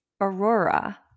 Aurora